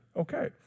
Okay